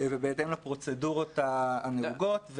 ובהתאם לפרוצדורות הנהוגות,